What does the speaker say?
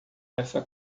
essa